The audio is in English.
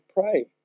pray